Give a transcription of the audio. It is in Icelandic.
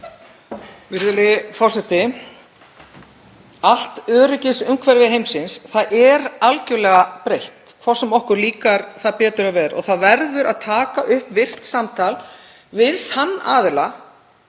Virðulegi forseti. Allt öryggisumhverfi heimsins er algerlega breytt, hvort sem okkur líkar það betur eða verr, og það verður að taka upp virkt samtal við þann aðila